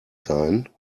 sein